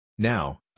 Now